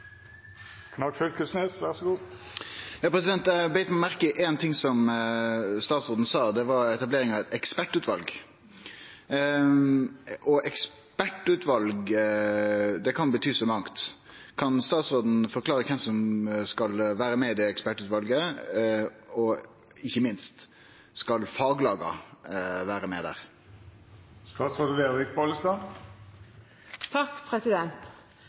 merke i ein ting som statsråden sa. Det var etablering av eit ekspertutval. Ekspertutval kan bety så mangt. Kan statsråden forklare kven som skal vere med i det ekspertutvalet? Og ikkje minst: Skal faglaga vere med der?